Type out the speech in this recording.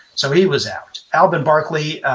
so he was out alben barkley,